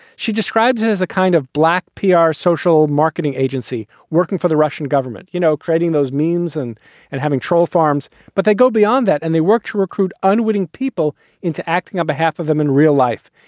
she describes it as a kind of black ah pr social marketing agency working for the russian government. you know, creating those means and and having troll farms. but they go beyond that and they work to recruit unwitting people into acting on behalf of them in real life,